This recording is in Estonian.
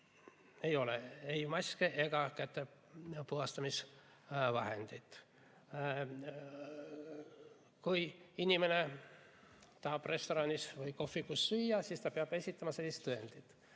ei ole ei maske ega kätepuhastamisvahendit. Kui inimene tahab restoranis või kohvikus süüa, siis ta peab esitama tõendi.